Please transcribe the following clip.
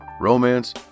romance